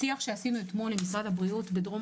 בשיח שעשינו אתמול עם שר הבריאות בדרום